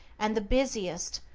and the busiest,